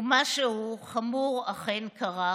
ומשהו חמור אכן קרה.